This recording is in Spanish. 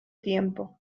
tiempo